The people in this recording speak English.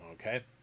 okay